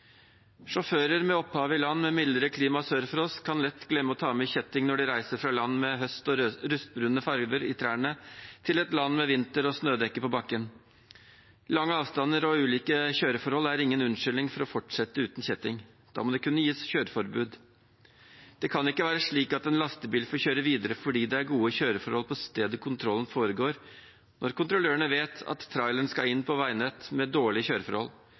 Sjåfører med opphav i land med mildere klima sør for oss kan lett glemme å ta med kjetting når de reiser fra land med høst og rustbrune farger i trærne til et land med vinter og snødekke på bakken. Lange avstander og ulike kjøreforhold er ingen unnskyldning for å fortsette uten kjetting. Da må det kunne gis kjøreforbud. Det kan ikke være slik at en lastebil får kjøre videre fordi det er gode kjøreforhold på stedet kontrollen foregår, når kontrollørene vet at traileren skal inn på veinett med dårlige kjøreforhold.